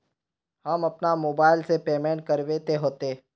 हम अपना मोबाईल से पेमेंट करबे ते होते?